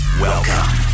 Welcome